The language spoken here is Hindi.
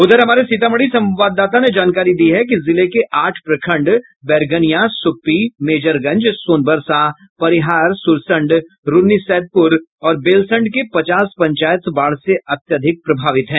उधर हमारे सीतामढ़ी संवाददाता ने जानकारी दी है कि जिले के आठ प्रखंड बैरगनिया सुप्पी मेजरगंज सोनबरसा परिहार सुरसंड रून्नीसैदपुर और बेलसंड के पचास पंचायत बाढ़ से अत्यधिक प्रभावित हैं